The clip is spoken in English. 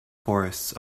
forests